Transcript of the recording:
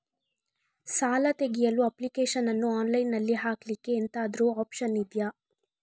ಸಾಲ ತೆಗಿಯಲು ಅಪ್ಲಿಕೇಶನ್ ಅನ್ನು ಆನ್ಲೈನ್ ಅಲ್ಲಿ ಹಾಕ್ಲಿಕ್ಕೆ ಎಂತಾದ್ರೂ ಒಪ್ಶನ್ ಇದ್ಯಾ?